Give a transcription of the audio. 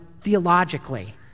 theologically